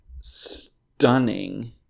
stunning